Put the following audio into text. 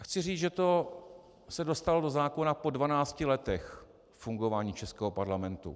Chci říct, že se to dostalo do zákona po dvanácti letech fungování českého parlamentu.